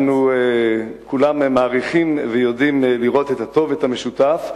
אנחנו כולם מעריכים ויודעים לראות את הטוב ואת המשותף.